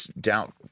doubt